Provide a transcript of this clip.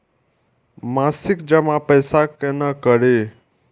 मासिक जमा पैसा केना करी?